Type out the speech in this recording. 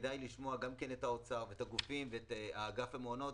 כדאי לשמוע גם את האוצר ואת אגף המעונות ואת הגופים.